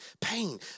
pain